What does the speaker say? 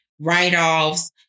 write-offs